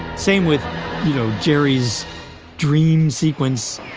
same jerry's dream sequence,